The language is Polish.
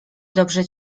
dobrze